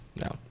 No